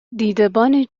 دیدبان